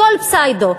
הכול פסאודו,